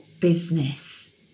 business